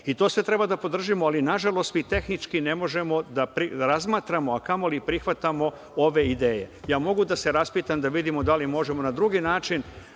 To sve treba da podržimo, ali nažalost mi tehnički ne možemo da razmatramo, a kamoli prihvatamo ove ideje. Ja mogu da se raspitam da vidimo da li možemo na drugi način,